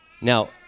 Now